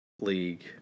league